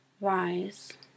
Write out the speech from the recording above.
rise